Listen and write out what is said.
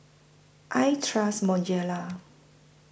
I Trust Bonjela